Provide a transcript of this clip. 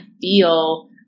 feel